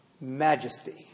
majesty